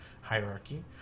hierarchy